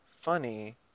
funny